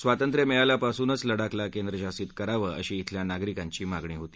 स्वातंत्र्य मिळाल्यापासूनच लडाखला केंद्रशासित करावं अशी इथल्या नागरिकांची मागणी होती